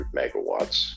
megawatts